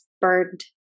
burned